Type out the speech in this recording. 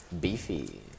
Beefy